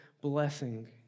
blessing